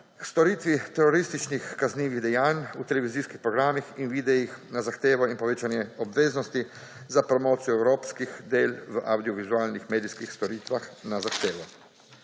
storitvi terorističnih kaznivih dejanj v televizijskih programih in videih na zahtevo in povečanje obveznosti za promocijo evropskih del v avdiovizualnih medijskih storitvah na zahtevo.